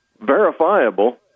verifiable